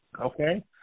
okay